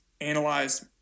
analyzed